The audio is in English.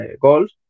goals